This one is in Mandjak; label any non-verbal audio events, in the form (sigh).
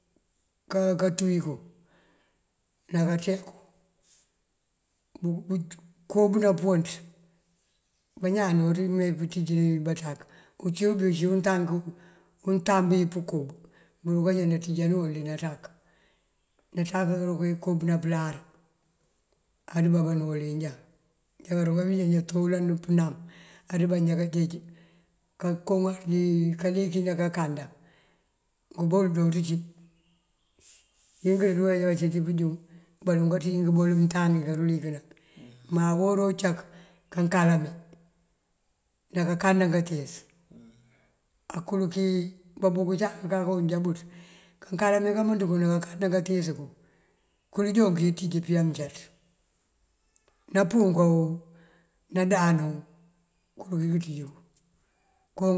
Kaţú wí inko ná kaceku bunkobëna púunţ. Bañaan jooţ mee pënţíj dí banţak. Uncínk uncí untaki untambi wí pënkob burun njá ndanţíjarul dí nanţak. Nanţak karuke kob cí pëlari andëba nëwëli njá. Njá karubí njá jantúulandum pënam andëbá njá kajeej (hesitation) kalikëna kakanda, ngëbol jooţ cí. (unintelligible) inkiri dí banjoon bacinţi pënjúŋ baloŋ kanţíji ngëbol mënţa mí koolikëna. Má uwora uncak kakaleme dí kankanda kanţíis akurëki, babunk uncak kaloŋ já bëţ kakaleme dí kankanda kanţíis kun kul joon kinţíju pëyá mëncaţ. Nampunko nandanoo kul kí kënţíj kun.